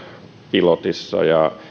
pilotissa